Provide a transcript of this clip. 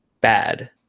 bad